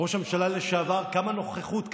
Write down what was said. ראש הממשלה לשעבר, כמה נוכחות?